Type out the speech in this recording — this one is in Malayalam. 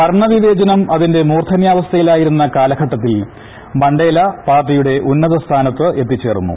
വർണ്ണ വിവേചനം അതിന്റെ മൂർദ്ധന്യാവസ്ഥയിലായിരുന്ന കാലഘട്ടത്തിൽ മണ്ടേല പാർട്ടിയുടെ ഉന്നതസ്ഥാനത്ത് എത്തിച്ചേർന്നു